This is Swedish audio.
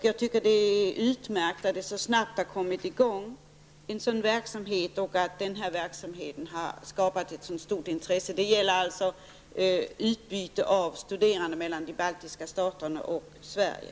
Jag tycker att det är utmärkt att det så snabbt har kommit i gång en verksamhet och att den verksamheten har skapat ett sådant stort intresse. Det gäller utbyte av studerande mellan de baltiska staterna och Sverige.